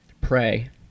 pray